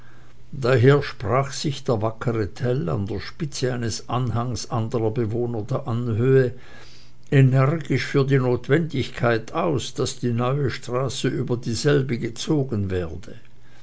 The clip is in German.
daher sprach sich der wackere tell an der spitze eines anhanges anderer bewohner der anhöhe energisch für die notwendigkeit aus daß die neue straße über dieselbe gezogen werde